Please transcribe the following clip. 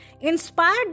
Inspired